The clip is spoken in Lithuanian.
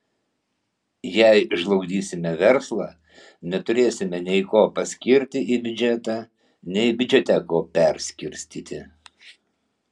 jei žlugdysime verslą neturėsime nei ko paskirti į biudžetą nei biudžete ko perskirstyti